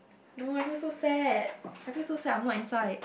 no I feel so sad I feel so sad I'm not inside